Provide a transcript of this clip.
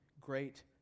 great